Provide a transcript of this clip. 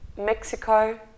Mexico